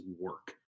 work